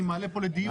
אני מעלה פה לדיון.